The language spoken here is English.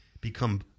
become